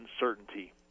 uncertainty